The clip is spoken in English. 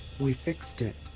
we fixed it!